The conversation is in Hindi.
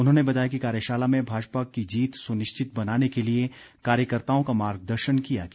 उन्होंने बताया कि कार्यशाला में भाजपा की जीत सुनिश्चित बनाने के लिए कार्यकर्ताओं का मार्गदर्शन किया गया